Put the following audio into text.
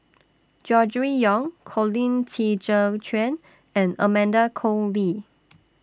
Gregory Yong Colin Qi Zhe Quan and Amanda Koe Lee